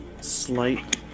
slight